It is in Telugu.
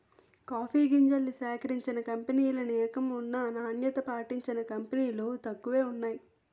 కాఫీ గింజల్ని సేకరించిన కంపినీలనేకం ఉన్నా నాణ్యత పాటించిన కంపినీలు తక్కువే వున్నాయి